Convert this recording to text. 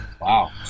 Wow